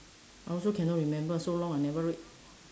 I also cannot remember so long I never read